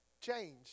change